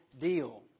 deal